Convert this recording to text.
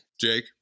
Jake